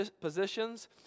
positions